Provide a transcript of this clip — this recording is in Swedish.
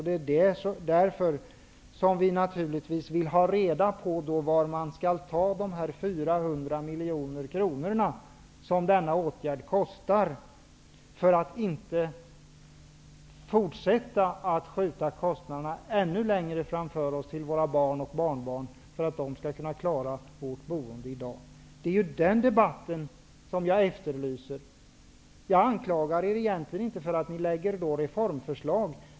Vi vill därför ha reda på varifrån man har tänkt sig ta dessa 400 miljoner kronor, som denna åtgärd kostar, för att inte fortsätta med att skjuta över kostnaderna på våra barn och barnbarn, för att i dag klara vårt boende. Det är den debatten som jag efterlyser. Jag anklagar inte Socialdemokraterna för att lägga fram reformförslag.